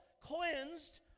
cleansed